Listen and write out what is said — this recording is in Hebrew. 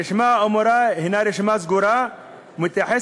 הרשימה האמורה היא רשימה סגורה ומתייחסת